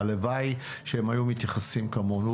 הלוואי שהם היו מתייחסים כמונו,